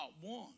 one